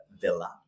villa